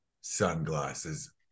sunglasses